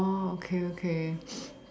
oh okay okay